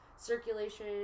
Circulation